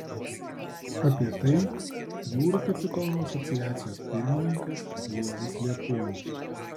apie tai jūrų kapitonų asociacijos pirmininkas juozas liepuonius